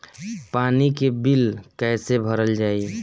पानी के बिल कैसे भरल जाइ?